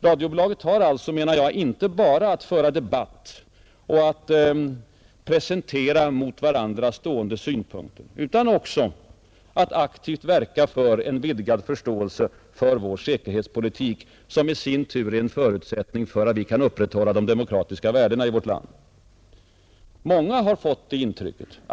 Radiobolaget har alltså, enligt min uppfattning, inte enbart att föra debatt och att presentera mot varandra stående synpunkter utan också att aktivt verka för en vidgad förståelse för vår säkerhetspolitik, som i sin tur är en förutsättning för att vi skall kunna upprätthålla de demokratiska värdena i vårt land.